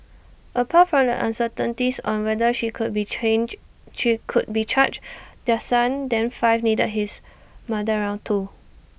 apart from the uncertainties on whether she could be changed she would be charged their son then five needed his mother around too